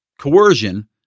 coercion